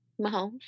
Mahomes